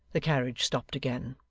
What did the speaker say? the carriage stopped again.